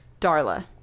Darla